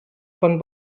von